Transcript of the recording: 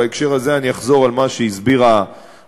בהקשר הזה אני אחזור על מה שהסביר המפכ"ל,